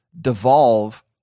devolve